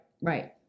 Right